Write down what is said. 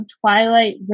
Twilight